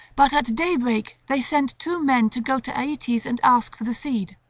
but at daybreak they sent two men to go to aeetes and ask for the seed,